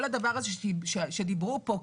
כל הדבר הזה שדיברו פה,